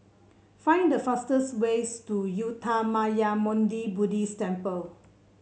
find the fastest ways to Uttamayanmuni Buddhist Temple